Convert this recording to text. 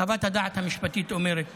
חוות הדעת המשפטית אומרת